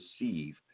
receive